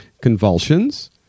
convulsions